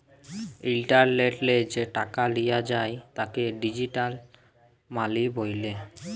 ইলটারলেটলে যে টাকাট লিয়া যায় তাকে ডিজিটাল মালি ব্যলে